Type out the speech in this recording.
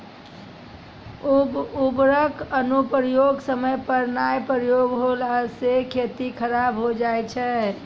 उर्वरक अनुप्रयोग समय पर नाय प्रयोग होला से खेती खराब हो जाय छै